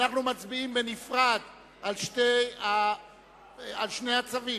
אנו מצביעים בנפרד על שני הצווים.